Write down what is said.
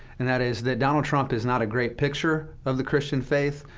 and that is that donald trump is not a great picture of the christian faith,